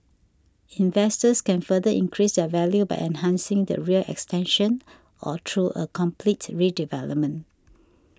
investors can further increase their value by enhancing the rear extension or through a complete redevelopment